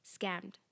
scammed